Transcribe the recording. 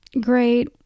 great